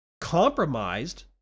compromised